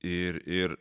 ir ir